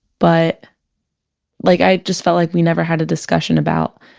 but like i just feel like we never had a discussion about,